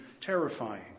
terrifying